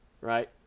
right